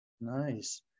Nice